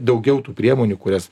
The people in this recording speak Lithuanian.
daugiau tų priemonių kurias